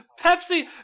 Pepsi